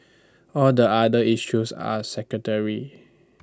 all the other issues are secondary